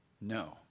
No